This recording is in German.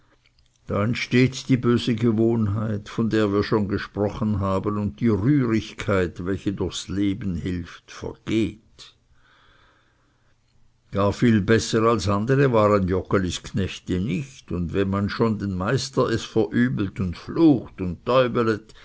da entsteht die böse gewohnheit von der wir schon gesprochen haben und die rührigkeit welche durchs leben hilft vergeht gar viel besser als andere waren joggelis knechte nicht und wenn man schon dem meister es verübelt und flucht und